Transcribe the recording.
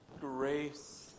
grace